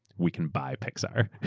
we can buy pixar a